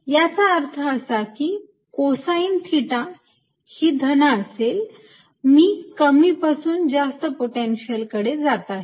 याचाच अर्थ असा की कोसाईन थिटा ही धन असेल मी कमी पासून जास्त पोटेन्शिअल कडे जात आहे